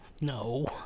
no